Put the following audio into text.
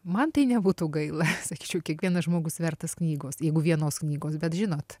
man tai nebūtų gaila sakyčiau kiekvienas žmogus vertas knygos jeigu vienos knygos bet žinot